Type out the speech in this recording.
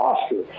Oscar